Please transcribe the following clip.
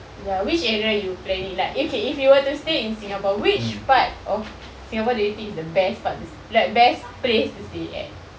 ya which area you planning like okay if you were to stay in singapore which part of singapore do you think is the best part to best place to stay at